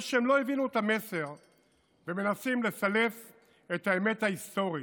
שהם לא הבינו את המסר ומנסים לסלף את האמת ההיסטורית.